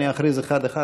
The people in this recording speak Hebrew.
אני עומד מאחורי ההחלטה,